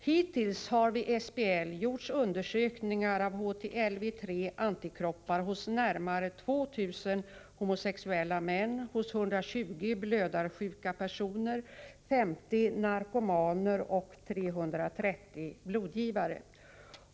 Hittills har vid SBL gjorts undersökningar av HTLV III-antikroppar hos närmare 2 000 homosexuella män, hos 120 blödarsjuka personer, 50 narkomaner och 330 blodgivare.